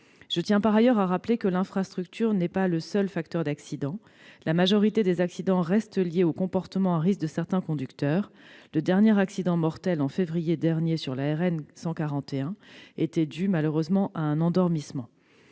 Je tiens, par ailleurs, à rappeler que l'infrastructure n'est pas le seul facteur d'accidents. La majorité des accidents reste liée au comportement à risque de certains conducteurs. Le dernier accident mortel, survenu en février dernier sur la RN 141, était malheureusement dû à un endormissement.